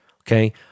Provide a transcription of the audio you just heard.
okay